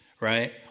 right